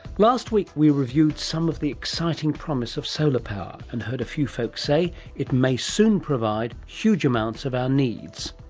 last week we reviewed some of the exciting promise of solar power and heard a few folk say it may soon provide huge amounts of our needs.